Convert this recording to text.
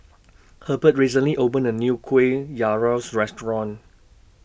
Herbert recently opened A New Kueh Restaurant